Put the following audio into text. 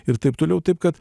ir taip toliau taip kad